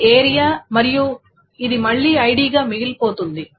ఇది ఏరియా మరియు ఇది మళ్ళీ ఐడిగా మిగిలిపోతుంది